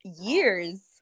years